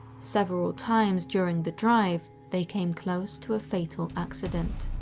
several times during the drive, they came close to a fatal accident.